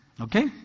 okay